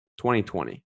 2020